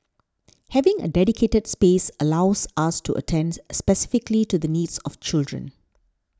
having a dedicated space allows us to attend specifically to the needs of children